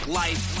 life